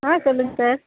ஆ சொல்லுங்கள் சார்